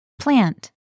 Plant